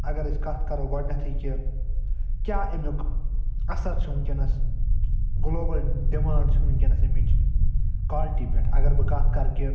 اگر أسۍ کتھ کرُو گۄڈٕنیٚتھٕے کہِ کیٛاہ أمیٛک اثر چھُ وُنٛکیٚس گلوبَل ڈِمانٛڈ چھِ وُنٛکیٚس أمِچۍ کوالٹی پٮ۪ٹھ اگر بہٕ کتھ کَرٕ کہِ